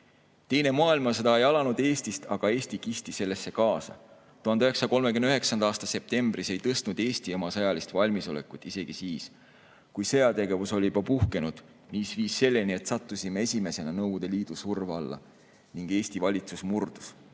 Teine maailmasõda ei alanud Eestist, aga Eesti kisti sellesse kaasa. 1939. aasta septembris ei tõstnud Eesti oma sõjalist valmisolekut isegi siis, kui sõjategevus oli juba puhkenud, mis viis selleni, et sattusime esimesena Nõukogude Liidu surve alla ning Eesti valitsus murdus.